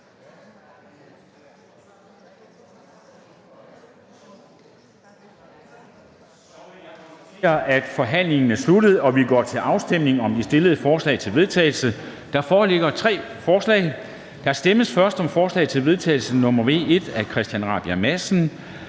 forhandlingen er sluttet, og vi går til afstemning om de fremsatte forslag til vedtagelse. Der foreligger tre forslag. Der stemmes først om forslag til vedtagelse nr. V 1 af Christian Rabjerg Madsen